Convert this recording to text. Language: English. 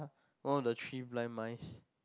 oh the three blind mice